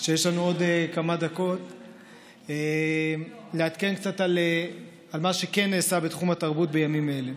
שיש לנו עוד כמה דקות לעדכן קצת על מה שכן נעשה בתחום התרבות בימים אלה.